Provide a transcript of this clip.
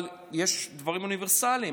אבל יש דברים אוניברסליים.